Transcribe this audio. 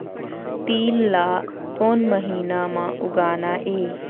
तील ला कोन महीना म उगाना ये?